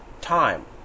time